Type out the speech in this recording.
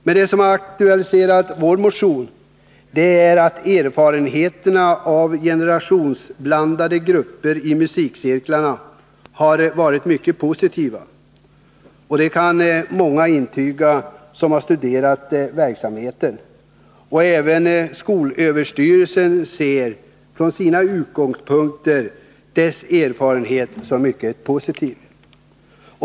Men det som aktualiserat vår motion är att erfarenheterna av generationsblandade grupper i musikcirklarna varit mycket positiva. Det kan många som studerat verksamheten intyga. Även skolöverstyrelsen ser från sina utgångspunkter denna erfarenhet som mycket positiv. Det kan många som har ' studerat verksamheten intyga. Även skolöverstyrelsen ser från sina utgångs punkter denna erfarenhet som mycket positiv.